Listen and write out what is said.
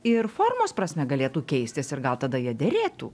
ir formos prasme galėtų keistis ir gal tada jie derėtų